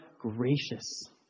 gracious